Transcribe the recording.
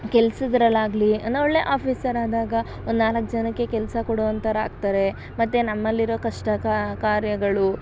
ಕೆಲ್ಸದಲಾಗ್ಲಿ ಏನೊ ಒಳ್ಳೆಯ ಆಫೀಸರ್ ಆದಾಗ ಒಂದು ನಾಲ್ಕು ಜನಕ್ಕೆ ಕೆಲಸ ಕೊಡೊವಂಥರ್ ಆಗ್ತಾರೆ ಮತ್ತು ನಮ್ಮಲ್ಲಿರೊ ಕಷ್ಟ ಕಾರ್ಯಗಳು